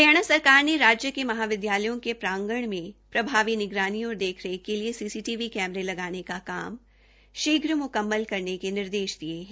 हरियाणा सरकार ने राज्य के महाविदयालयों के प्रांगन में प्रभावी निगरानी और देख रेख के लिए सीसीटीवी कैमरे लगाने का काम शीघ्र मुकक्मल करने के निर्देश दिये है